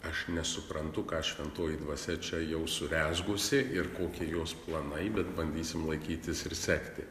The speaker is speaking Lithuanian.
aš nesuprantu ką šventoji dvasia čia jau surezgusi ir kokie jos planai bet bandysim laikytis ir sekti